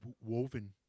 woven